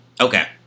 okay